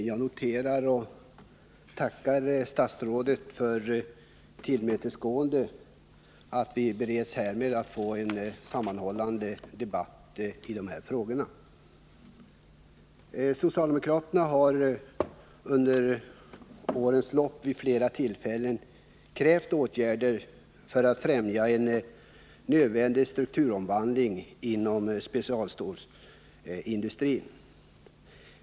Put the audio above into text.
Herr talman! Jag noterar statsrådets tillmötesgående och tackar för att vi har beretts möjlighet att få en sammanhållen debatt i dessa frågor. Socialdemokraterna har under årens lopp vid flera tillfällen krävt åtgärder för att fftämja en nödvändig strukturomvandling inom specialstålsindustrin.